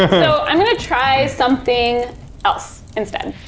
so, i'm gonna try something else, instead.